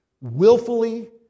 Willfully